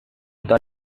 itu